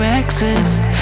exist